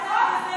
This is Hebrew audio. חצופה.